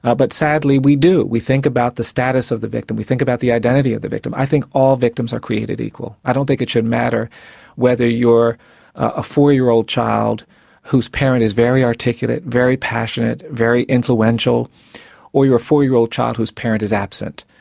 ah but sadly we do. we think about the status of the victim, we think about the identity of the victim. i think all victims are created equal. i don't think it should matter whether you're a four-year-old child whose parent is very articulate, very passionate, very influential or you're a four-year-old child whose parent is absent.